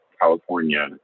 California